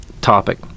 topic